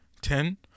ten